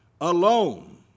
alone